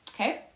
okay